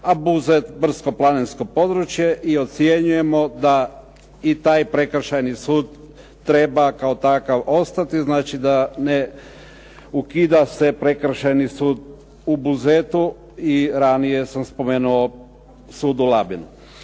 a Buzet, brdsko-planinsko područje i ocjenjujemo da i taj Prekršajni sud treba kao takav ostati, znači da ne ukida se Prekršajni sud u Buzetu, i ranije sam spomenuo sud u Labinu.